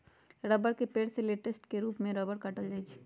रबड़ के पेड़ से लेटेक्स के रूप में रबड़ काटल जा हई